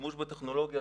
שימוש בטכנולוגיות.